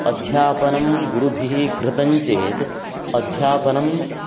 अध्यापनं गुरुभिः कृतं चेत् अध्यापनम्